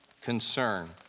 concern